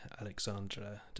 Alexandra